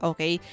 Okay